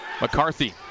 McCarthy